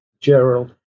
Gerald